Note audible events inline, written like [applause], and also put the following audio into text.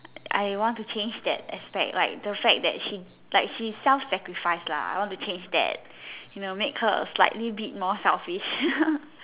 I want to change that aspect like the fact that she like she self sacrifice lah I want to change that you know make her a slightly bit more selfish [laughs]